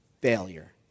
failure